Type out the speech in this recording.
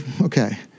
okay